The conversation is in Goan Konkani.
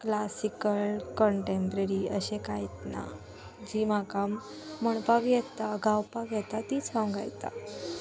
क्लासिकल कंटेम्प्ररी अशें कांयत ना जी म्हाका म्हणपाक येता गावपाक येता तीच हांव गायतां